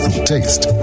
taste